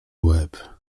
łeb